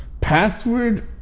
Password